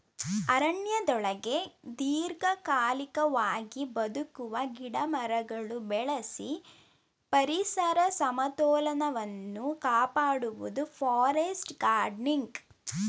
ಅರಣ್ಯದೊಳಗೆ ದೀರ್ಘಕಾಲಿಕವಾಗಿ ಬದುಕುವ ಗಿಡಮರಗಳು ಬೆಳೆಸಿ ಪರಿಸರ ಸಮತೋಲನವನ್ನು ಕಾಪಾಡುವುದು ಫಾರೆಸ್ಟ್ ಗಾರ್ಡನಿಂಗ್